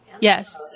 Yes